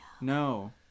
No